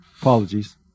apologies